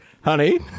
Honey